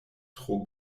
tro